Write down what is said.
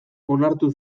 onartu